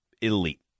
elite